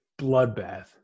bloodbath